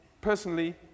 Personally